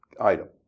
item